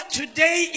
today